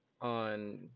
on